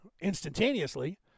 instantaneously